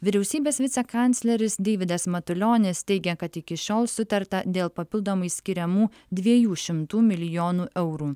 vyriausybės vicekancleris deividas matulionis teigia kad iki šiol sutarta dėl papildomai skiriamų dviejų šimtų milijonų eurų